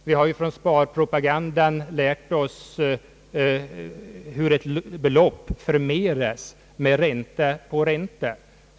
Vi har från sparpropaganden lärt oss hur ett belopp förmeras med ränta på ränta.